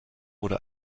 wurde